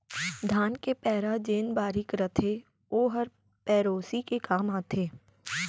धान के पैरा जेन बारीक रथे ओहर पेरौसी के काम आथे